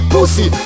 Pussy